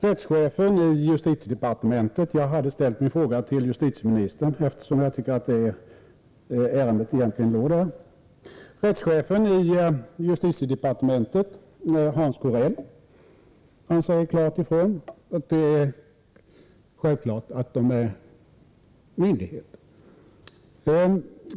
Rättschefen i justitiedepartementet — jag hade ställt min fråga till justitieministern, eftersom jag tycker att ärendet egentligen ligger där — Hans Corell säger tydligt ifrån att det är självklart att de är myndigheter.